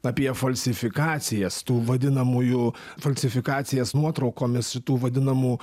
apie falsifikacijas tų vadinamųjų falsifikacijas nuotraukomis tų vadinamų